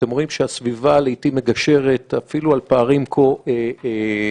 ואתם רואים שהסביבה לעיתים מגשרת אפילו על פערים כה עמוקים.